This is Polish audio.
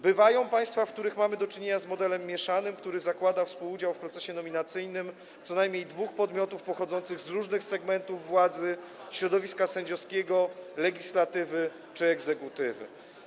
Bywają państwa, w których mamy do czynienia z modelem mieszanym, który zakłada współudział w procesie nominacyjnym co najmniej dwóch podmiotów pochodzących z różnych segmentów władzy, środowiska sędziowskiego, legislatywy czy egzekutywy.